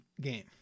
game